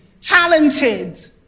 talented